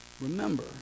remember